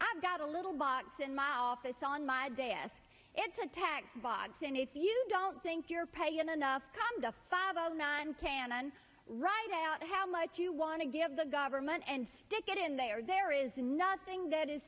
i've got a little box in my office on my desk it's a tax box and if you don't think you're paying enough come to five out of nine cannon write out how much you want to give the government and stick it in they are there is nothing that is